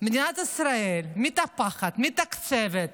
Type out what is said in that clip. מדינת ישראל מטפחת, מתקצבת,